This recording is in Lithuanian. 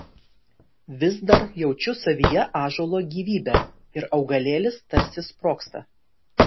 vis dar jaučiu savyje ąžuolo gyvybę ir augalėlis tarsi sprogsta